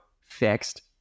fixed